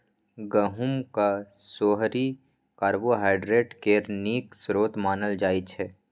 गहुँमक सोहारी कार्बोहाइड्रेट केर नीक स्रोत मानल जाइ छै